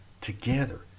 together